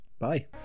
Bye